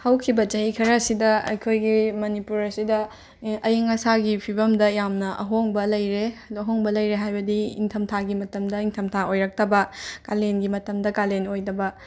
ꯍꯧꯈꯤꯕ ꯆꯍꯤ ꯈꯔꯁꯤꯗ ꯑꯩꯈꯣꯏꯒꯤ ꯃꯅꯤꯄꯨꯔꯁꯤꯗ ꯑꯏꯪ ꯑꯁꯥꯒꯤ ꯐꯤꯕꯝꯗ ꯌꯥꯝꯅ ꯑꯍꯣꯡꯕ ꯂꯩꯔꯦ ꯑꯣ ꯑꯍꯣꯡꯕ ꯂꯩꯔꯦ ꯍꯥꯏꯕꯗꯤ ꯏꯪꯊꯝꯊꯥꯒꯤ ꯃꯇꯝꯗ ꯏꯪꯊꯝꯊꯥ ꯑꯣꯏꯔꯛꯇꯕ ꯀꯥꯂꯦꯟꯒꯤ ꯃꯇꯝꯗ ꯀꯥꯂꯦꯟ ꯑꯣꯏꯗꯕ